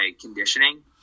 conditioning